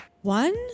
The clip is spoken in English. One